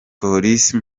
polisi